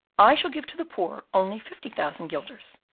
i shall give to the poor only fifty thousand guilders,